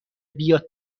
بیاد